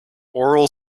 oral